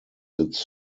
its